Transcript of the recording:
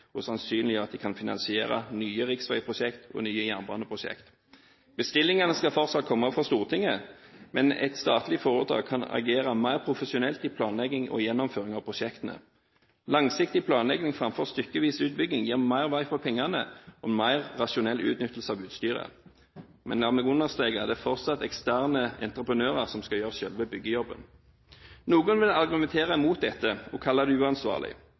og sannsynliggjøre at en kan finansiere nye riksvegprosjekt og nye jernbaneprosjekt. Bestillingen skal fortsatt komme fra Stortinget, men et statlig foretak kan agere mer profesjonelt i planlegging og gjennomføring av prosjektene. Langsiktig planlegging framfor stykkevis utbygging gir mer vei for pengene og mer rasjonell utnyttelse av utstyret. Men la meg understreke – det er fortsatt eksterne entreprenører som skal gjøre selve byggejobben. Noen vil argumentere imot dette og kalle det uansvarlig.